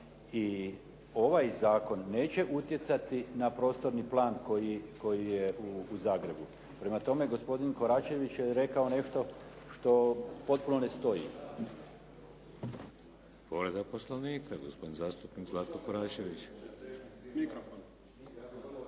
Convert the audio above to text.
i ovaj zakon neće utjecati na prostorni plan koji je u Zagrebu. Prema tome, gospodin Koračević je rekao nešto što potpuno ne stoji. **Šeks, Vladimir (HDZ)** Povreda Poslovnika, gospodin zastupnik Zlatko Koračević.